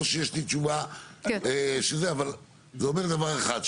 לא שיש לי תשובה אבל זה אומר דבר אחד,